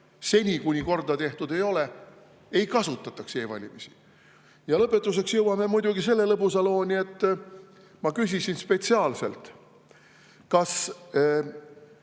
seni kuni korda tehtud ei ole, ei kasutataks e‑valimisi. Ja lõpetuseks jõuame muidugi selle lõbusa looni. Ma küsisin spetsiaalselt, kas